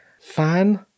fan